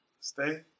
stay